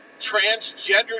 transgender